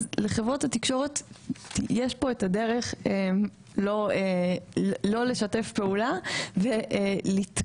אז לחברות התקשורת יש את הדרך שלא לשתף פעולה ולתקוע